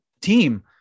team